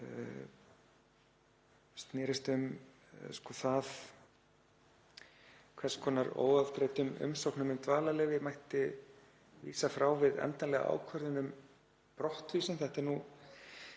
snerist um hvers konar óafgreiddum umsóknum um dvalarleyfi mætti vísa frá við endanlega ákvörðun um brottvísun.